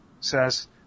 says